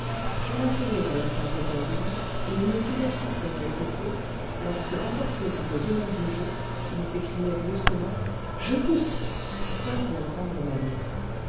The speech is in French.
je m'asseyais à une table voisine et il me divertissait quelque peu lorsqu'emporté par le démon du jeu il s'écriait brusquement je coupe sans y entendre malice